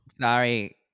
Sorry